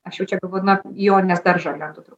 aš jau čia galbūt na į jonės daržą lendu turbūt